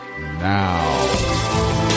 now